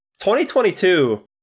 2022